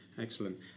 excellent